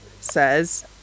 says